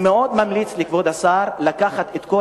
אני מאוד ממליץ לכבוד השר להביא את כל